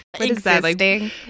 Existing